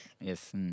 Yes